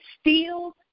steals